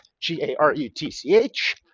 g-a-r-u-t-c-h